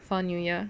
for new year